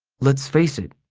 let's face it,